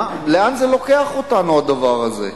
לאן זה לוקח אותנו, הדבר הזה?